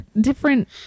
different